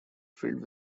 filled